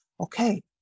okay